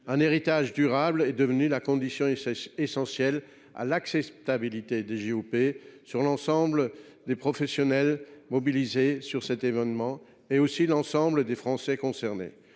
Un héritage durable est devenu la condition essentielle de l’acceptabilité des JOP par l’ensemble des professionnels mobilisés sur cet événement, mais aussi par l’ensemble des Français concernés.